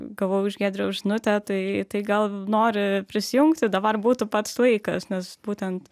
gavau iš giedriaus žinutę tai tai gal nori prisijungti dabar būtų pats laikas nes būtent